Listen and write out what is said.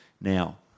now